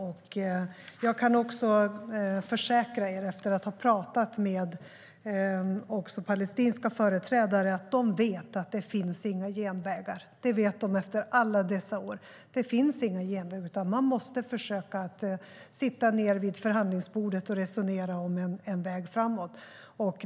Efter att ha talat med palestinska företrädare kan jag också försäkra er att de vet att det inte finns några genvägar. Det vet de efter alla dessa år. Det finns inga genvägar, utan man måste försöka sitta ned vid förhandlingsbordet och resonera om en väg framåt.